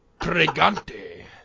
Pregante